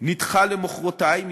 נדחה למחרתיים.